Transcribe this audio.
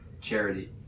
Charity